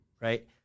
Right